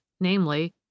namely